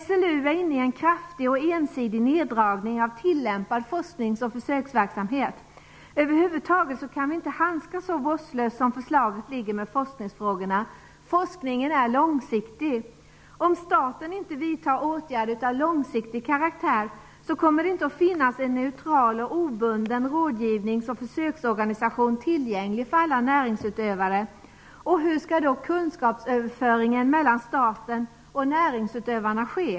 SLU är inne i en kraftig och ensidig neddragning av tillämpad forskningsoch försöksverksamhet. Över huvud taget kan vi inte handskas så vårdslöst med forskningsfrågorna som det föreliggande förslaget gör. Forskningen är långsiktig. Om staten inte vidtar åtgärder av långsiktig karaktär, kommer det inte att finnas en neutral och obunden rådgivningsoch försöksorganisation tillgänglig för alla näringsutövare. Hur skall då kunskapsöverföringen mellan staten och näringsutövarna ske?